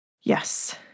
Yes